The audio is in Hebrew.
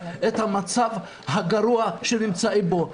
את המצב הגרוע שנמצאים בו.